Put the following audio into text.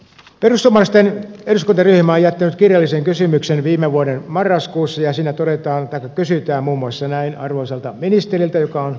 perussuomalaisten eduskuntaryhmä on jättänyt kirjallisen kysymyksen viime vuoden marraskuussa ja siinä kysytään muun muassa näin arvoisalta ministeriltä joka on aitiossa ja läsnä